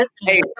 hey